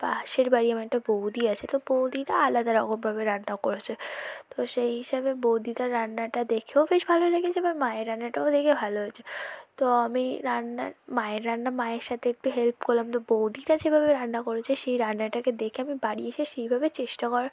পাশের বাড়ির আমার একটা বৌদি আছে তো বৌদিটা আলাদারকমভাবে রান্না করেছে তো সেই হিসাবে বৌদিটার রান্নাটা দেখেও বেশ ভালো লেগেছে আবার মায়ের রান্নাটাও দেখে ভালো হয়েছে তো আমি রান্নার মায়ের রান্না মায়ের সাথে একটু হেল্প করলাম তো বৌদিরা যেভাবে রান্না করেছে সেই রান্নাটাকে দেখে আমি বাড়ি এসে সেইভাবে চেষ্টা করার